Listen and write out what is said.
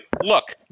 Look